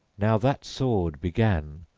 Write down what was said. now that sword began,